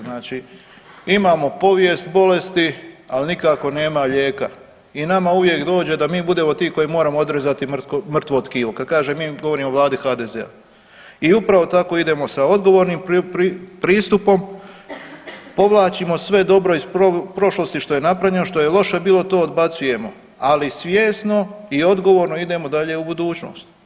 Znači imamo povijest bolesti, al nikako nema lijeka i nama uvijek dođe da mi budemo ti koji moramo odrezati mrtvo tkivo, kad kažem mi govorim o vladi HDZ-a i upravo tako idemo sa odgovornim pristupom, povlačimo sve dobro iz prošlosti što je napravljeno, što je loše bilo to odbacujemo, ali svjesno i odgovorno idemo dalje u budućnost.